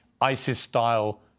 ISIS-style